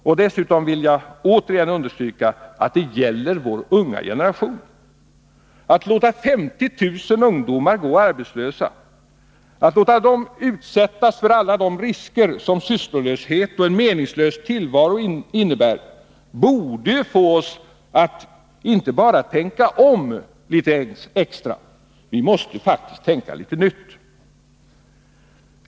Och dessutom vill jag återigen understryka att det gäller vår unga generation. Att låta 50 000 ungdomar gå arbetslösa, att låta dem utsättas för alla de risker som sysslolöshet och en meningslös tillvaro innebär borde få oss att inte bara tänka till litet extra — vi måste faktiskt tänka litet nytt.